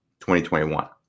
2021